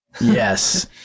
Yes